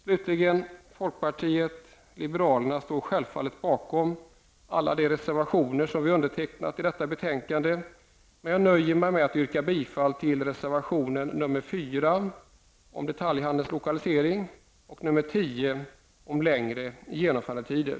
Slutligen: Folkpartiet liberalerna står självfallet bakom alla de reservationer, där vi finns med som undertecknare, men jag nöjer mig med att yrka bifall till reservationerna nr 4 om detaljhandelnslokalisering och nr 10 om längre genomförandetider.